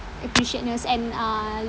appreciateness and uh